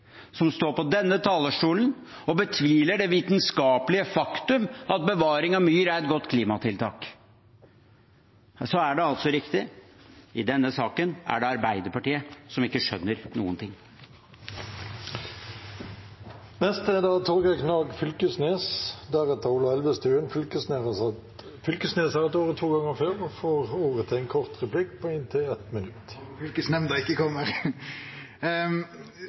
som står på denne talerstolen og betviler det vitenskapelige faktum at bevaring av myr er et godt klimatiltak. Så er det altså riktig: I denne saken er det Arbeiderpartiet som ikke skjønner noen ting. Fylkesnemnda – nei, representanten Torgeir Knag Fylkesnes har hatt ordet to ganger tidligere og får ordet til en kort merknad, begrenset til 1 minutt. Eg får håpe fylkesnemnda